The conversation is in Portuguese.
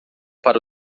para